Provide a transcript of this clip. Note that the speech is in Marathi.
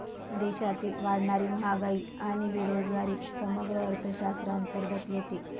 देशातील वाढणारी महागाई आणि बेरोजगारी समग्र अर्थशास्त्राअंतर्गत येते